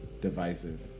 divisive